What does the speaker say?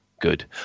good